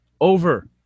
over